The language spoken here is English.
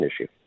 issue